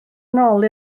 nôl